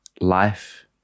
Life